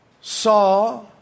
saw